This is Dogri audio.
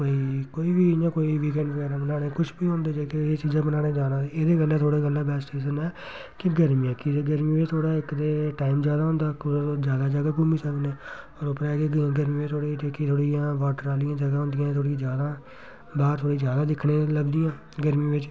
कोई कोई बी इ'यां कोई विकैंड बगैरा मनाने गी कुछ बी होंदे जेह्के एह् चीज़ां बनाने जाना एह्दे कन्नै थुआढ़े कन्नै बैस्ट सीजन ऐ कि गर्मियां की जे गर्मियां थोह्ड़ा इक ते टाइम ज्यादा होंदा तुस ज्यादा ज्यादा घूमी सकने होर उप्परा के गर्मियें जेह्की थोह्ड़ियां वाटर आह्लियां जगह् होंदियां थोह्ड़ी जाना बाह्र थोह्ड़ी ज्यादा दिक्खने गी लभदियां गर्मी बिच्च